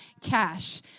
cash